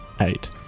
eight